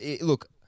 look